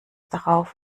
darauf